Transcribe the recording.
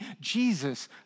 Jesus